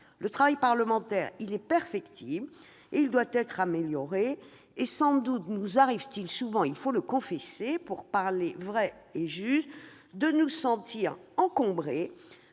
le travail parlementaire est perfectible ; il doit être amélioré et sans doute nous arrive-t-il souvent- il faut le confesser pour parler vrai et juste -de nous sentir encombrés